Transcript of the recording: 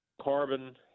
carbon